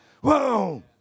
Whoa